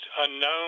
unknown